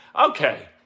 Okay